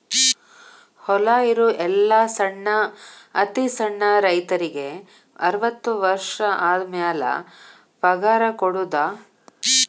ಹೊಲಾ ಇರು ಎಲ್ಲಾ ಸಣ್ಣ ಅತಿ ಸಣ್ಣ ರೈತರಿಗೆ ಅರ್ವತ್ತು ವರ್ಷ ಆದಮ್ಯಾಲ ಪಗಾರ ಕೊಡುದ